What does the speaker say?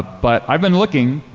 but i've been looking,